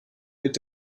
wird